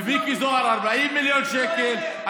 ומיקי זוהר, 40 מיליון שקל.